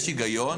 יש היגיון